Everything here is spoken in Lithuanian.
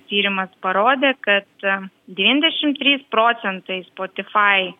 tyrimas parodė kad devyniasdešimt trys procentai spotifai